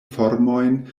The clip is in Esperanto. formojn